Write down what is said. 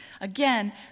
again